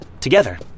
together